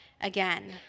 Again